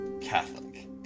Catholic